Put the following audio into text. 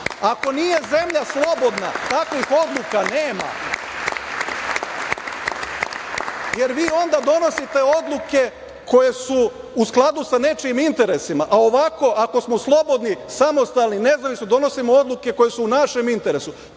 nije zemlja slobodna takvih odluka nema, jer vi onda donosite odluke koje su u skladu sa nečijim interesima. Ovako, ako smo slobodni, samostalni, nezavisno donosimo odluke koje su u našem interesu,